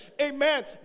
Amen